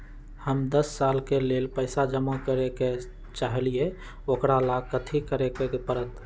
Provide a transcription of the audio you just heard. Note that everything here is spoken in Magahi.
हम दस साल के लेल पैसा जमा करे के चाहईले, ओकरा ला कथि करे के परत?